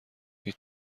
هیچ